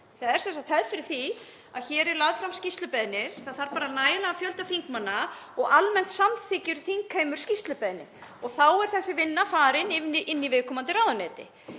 Það er sem sagt hefð fyrir því að hér er lögð fram skýrslubeiðni. Það þarf bara nægilegan fjölda þingmanna og almennt samþykkir þingheimur skýrslubeiðni og þá er þessi vinna farin í viðkomandi ráðuneyti.